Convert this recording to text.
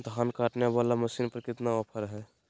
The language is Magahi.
धान काटने वाला मसीन पर कितना ऑफर हाय?